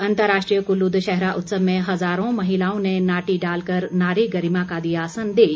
अंतर्राष्ट्रीय कुल्लू दशहरा उत्सव में हजारों महिलाओं ने नाटी डालकर नारी गरिमा का दिया संदेश